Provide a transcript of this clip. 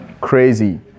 crazy